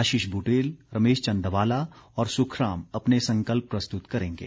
आशीष बुटेल रमेश चंद धवाला और सुखराम अपने संकल्प प्रस्तुत करेंगे